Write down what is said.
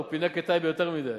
הוא פינק את טייבה יותר מדי,